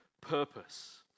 purpose